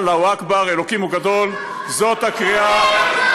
אללהו אכבר, אלוקים הוא גדול, אללהו אכבר, כן.